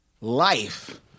life